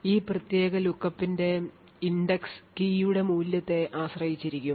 ഈ പ്രത്യേക lookup ന്റെ index കീയുടെ മൂല്യത്തെ ആശ്രയിച്ചിരിക്കും